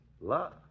Love